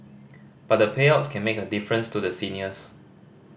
but the payouts can make a difference to the seniors